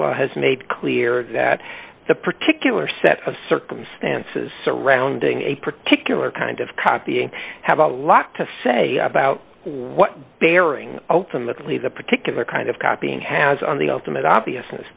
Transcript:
has made clear that the particular set of circumstances surrounding a particular kind of copying have a lot to say about what bearing ultimately the particular kind of copying has on the ultimate obvious